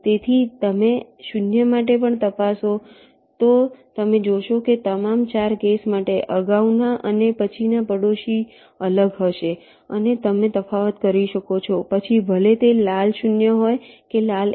તેથી તમે શૂન્ય માટે પણ તપાસો તો તમે જોશો કે તમામ 4 કેસ માટે અગાઉના અને પછીના પડોશીઓ અલગ હશે અને તમે તફાવત કરી શકો છો પછી ભલે તે લાલ 0 હોય કે લાલ 1